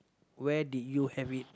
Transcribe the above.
where did you have it